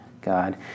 God